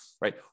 right